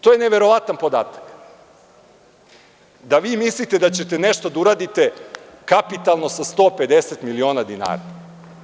To je neverovatan podatak, da vi mislite da ćete nešto da uradite kapitalno sa 150 miliona dinara.